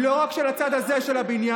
היא לא רק של הצד הזה של הבניין.